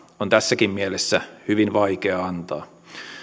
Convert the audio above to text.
on tässäkin mielessä hyvin vaikea antaa